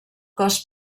cos